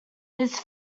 his